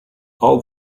all